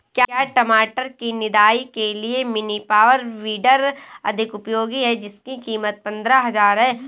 क्या टमाटर की निदाई के लिए मिनी पावर वीडर अधिक उपयोगी है जिसकी कीमत पंद्रह हजार है?